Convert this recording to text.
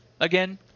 again